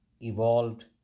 Evolved